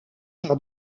par